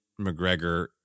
McGregor